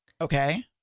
Okay